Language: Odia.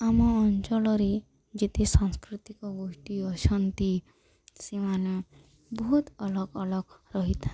ଆମ ଅଞ୍ଚଳରେ ଯେତେ ସାଂସ୍କୃତିକ ଗୋଷ୍ଠୀ ଅଛନ୍ତି ସେମାନେ ବହୁତ ଅଲଗା ଅଲଗା ରହିଥାନ୍ତି